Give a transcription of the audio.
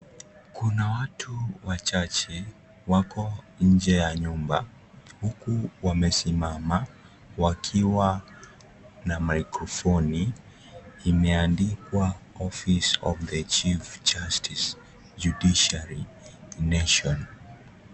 Kuna watu wachache wako nje ya nyumba huku wamesimama wakiwa na mikrofoni imeandikwa Office of the chief justice judiciary nation .